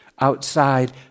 outside